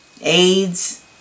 AIDS